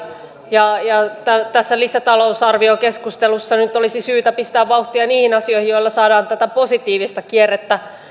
ja ja tässä lisätalousarviokeskustelussa olisi syytä pistää vauhtia niihin asioihin joilla saadaan tätä positiivista kierrettä